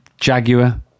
Jaguar